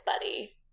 buddy